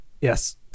yes